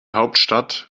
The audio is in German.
hauptstadt